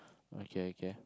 okay okay